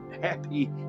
Happy